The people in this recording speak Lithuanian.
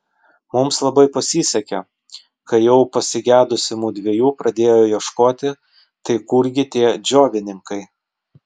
mums labai pasisekė kai jau pasigedusi mudviejų pradėjo ieškoti tai kurgi tie džiovininkai